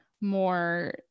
more